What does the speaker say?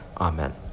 Amen